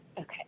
Okay